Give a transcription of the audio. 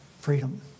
freedom